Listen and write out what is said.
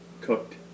cooked